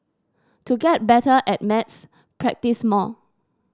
to get better at maths practise more